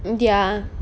india